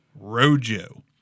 Rojo